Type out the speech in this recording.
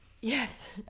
Yes